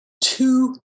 two